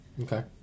Okay